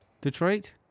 Detroit